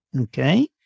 okay